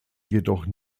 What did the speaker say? jedoch